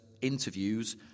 interviews